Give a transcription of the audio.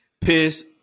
piss